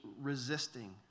resisting